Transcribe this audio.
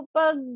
pag